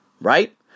Right